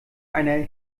einer